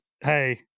hey